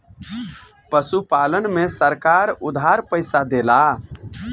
पशुपालन में सरकार उधार पइसा देला?